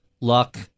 luck